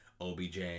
OBJ